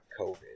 COVID